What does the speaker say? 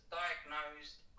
diagnosed